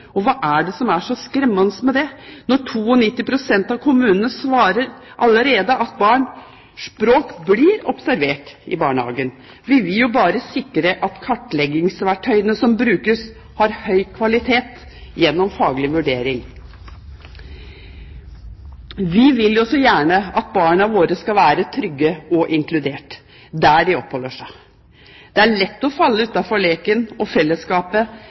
observasjon. Hva er det som er så skremmende med det, når 92 pst. av kommunene svarer at barnas språk blir observert allerede i barnehagene? Vi vil jo bare sikre at kartleggingsverktøyene som brukes, har høy kvalitet gjennom faglig vurdering. Vi vil jo så gjerne at barna våre skal være trygge og inkludert der de oppholder seg. Det er lett å falle utenfor leken og fellesskapet